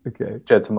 okay